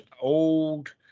old